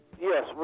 Yes